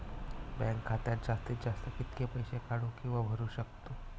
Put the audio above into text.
Bank खात्यात जास्तीत जास्त कितके पैसे काढू किव्हा भरू शकतो?